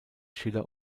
schiller